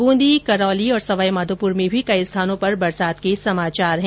बूंदी करौली सवाईमाधोपुर में भी कई स्थानों पर बरसात के समाचार हैं